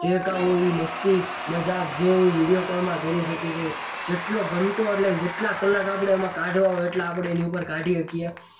જે કામ હોય એ મસ્તી મજાક જે હોય એ વિડીયો કૉલમાં કરી શકીએ છીએ જેટલો ઘંટો અટલે કે જેટલા કલાક આપણે એમાં કાઢવા હોય એટલા આપણે એની ઉપર કાઢી શકીએ